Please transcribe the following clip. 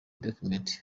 document